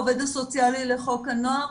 העובד הסוציאלי לחוק הנוער,